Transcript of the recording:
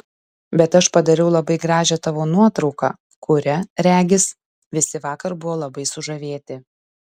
bet aš padariau labai gražią tavo nuotrauką kuria regis visi vakar buvo labai sužavėti